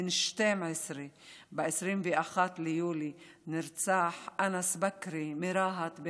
בן 12. ב-21 ביולי נרצח אנס בכרי מרהט,